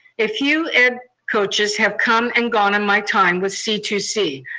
a few ed coaches have come and gone in my time with c two c.